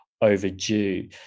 overdue